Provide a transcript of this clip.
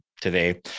today